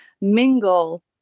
mingle